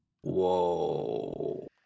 Whoa